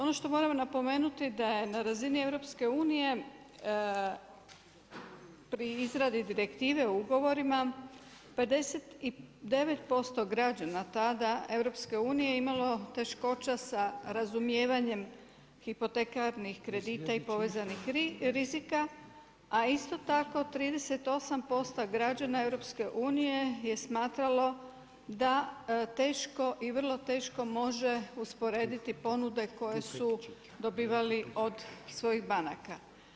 Ono što moram napomenuti da je na razini EU pri izradi direktive o ugovorima 59% građana tada EU imalo teškoća sa razumijevanjem hipotekarnih kredita i povezanih rizika, a isto tako 38% građana EU je smatralo da teško i vrlo teško može usporediti ponude koje su dobivali od svojih banaka.